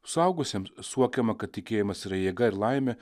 suaugusiams suokiama kad tikėjimas yra jėga ir laimė